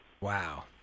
Wow